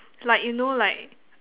like you know like